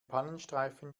pannenstreifen